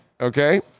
okay